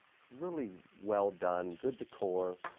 it's really well done, good decor,